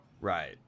Right